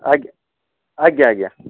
ଆଜ୍ଞା ଆଜ୍ଞା ଆଜ୍ଞା